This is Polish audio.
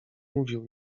mówił